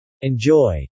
Enjoy